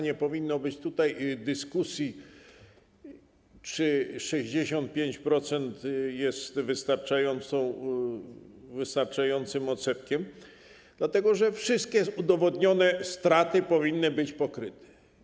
Nie powinno być tutaj dyskusji, czy 65% jest wystarczającym odsetkiem, dlatego że wszystkie udowodnione straty powinny być pokryte.